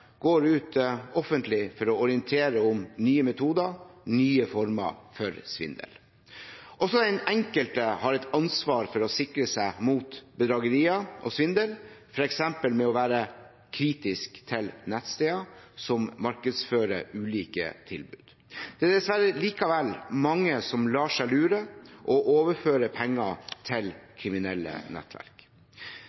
går ut offentlig for å orientere om nye metoder og nye former for svindel. Også den enkelte har et ansvar for å sikre seg mot bedrageri og svindel, f.eks. ved å være kritisk til nettsteder som markedsfører ulike tilbud. Det er dessverre likevel mange som lar seg lure og overfører penger til